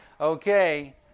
okay